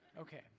Okay